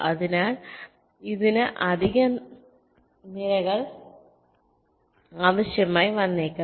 അതിനാൽ ഇതിന് അധിക നിരകൾ ആവശ്യമായി വന്നേക്കാം